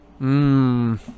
Mmm